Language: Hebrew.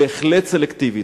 בהחלט סלקטיבית.